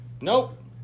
Nope